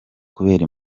kubera